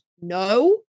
no